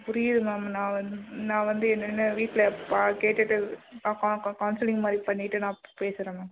புரியுது மேம் நான் வந்து நான் வந்து என்னென்ன வீட்டில் அப்பா கேட்டுட்டு கவுன்ஸிலிங் மாதிரி பண்ணிட்டு நான் பேசுறேன் மேம்